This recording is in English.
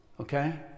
okay